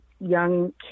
young